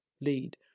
lead